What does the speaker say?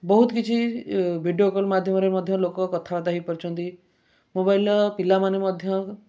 ବହୁତ କିଛି ଭିଡ଼ିଓକଲ୍ ମାଧ୍ୟମରେ ମଧ୍ୟ ଲୋକ କଥାବାର୍ତ୍ତା ହେଇପାରୁଛନ୍ତି ମୋବାଇଲ୍ର ପିଲାମାନେ ମଧ୍ୟ